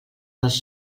dels